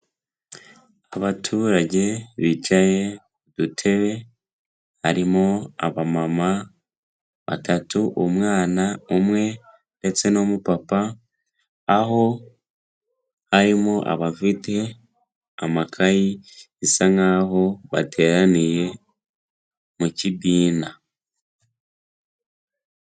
Abaturage bicaye ku dutebe, harimo abamama batatu, umwana umwe ndetse n'umupapa, aho harimo abafite amakayi, bisa nk'aho bateraniye mu kibana.